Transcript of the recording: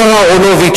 השר אהרונוביץ,